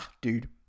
dude